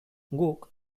guk